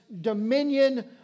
dominion